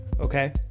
Okay